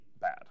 bad